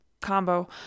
combo